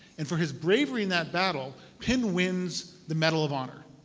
and for his bravery in that battle, pin wins the medal of honor.